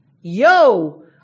yo